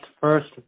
first